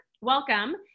welcome